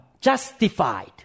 Justified